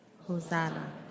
Hosanna